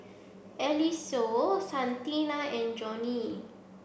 Eliseo Santina and Jonnie